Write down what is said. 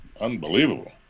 unbelievable